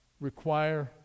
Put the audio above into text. require